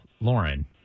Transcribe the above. Lauren